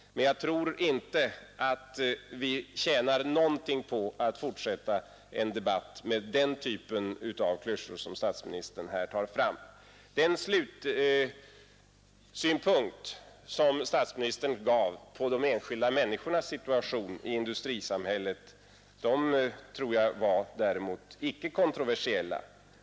Men jag tror inte att vi tjänar någonting på att fortsätta en debatt med den typ av klyschor som statsministern här tar fram. De slutsynpunkter som statsministern gav på de enskilda människornas situation i industrisamhället var däremot icke kontroversiella.